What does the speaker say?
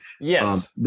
Yes